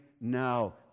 now